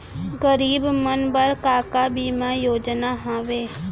गरीब मन बर का का बीमा योजना हावे?